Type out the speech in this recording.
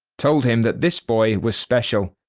told him that this boy was special.